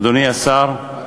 אדוני השר,